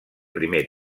primer